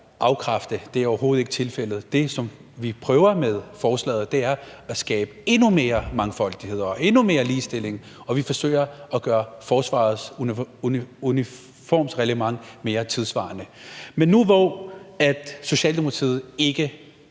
afkræfte. Det er overhovedet ikke tilfældet. Det, som vi prøver med forslaget, er at skabe endnu mere mangfoldighed og endnu mere ligestilling, og vi forsøger at gøre forsvarets uniformsreglement mere tidssvarende. Men nu, hvor Socialdemokratiet ikke